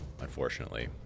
unfortunately